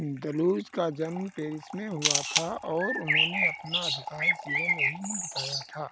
Deleuze का जन्म Paris में हुआ था और उन्होंने अपना अधिकांश जीवन वहीं बिताया था